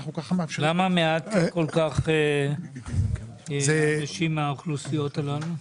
למה מעט כל כך אנשים מהאוכלוסיות הללו?